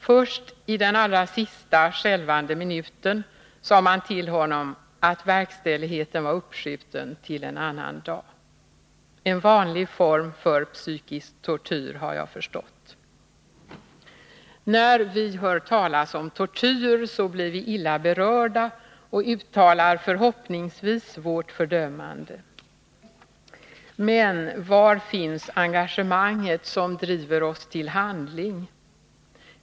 Först i den allra sista skälvande minuten sade man till honom att verkställigheten var uppskjuten till en annan dag — en vanlig form för psykisk tortyr har jag förstått. När vi hör talas om tortyr blir vi illa berörda och uttalar förhoppningsvis vårt fördömande. Men var finns engagemanget som driver oss till handling?